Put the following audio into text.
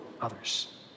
others